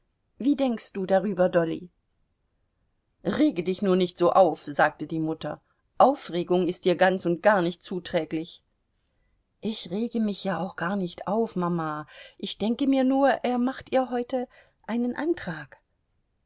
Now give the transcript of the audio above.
wie denkst du darüber dolly rege dich nur nicht so auf sagte die mutter aufregung ist dir ganz und gar nicht zuträglich ich rege mich ja auch gar nicht auf mama ich denke mir nur er macht ihr heute einen antrag